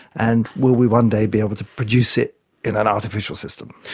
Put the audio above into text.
and will we one day be able to produce it in an artificial system?